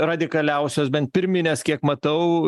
radikaliausios bent pirminės kiek matau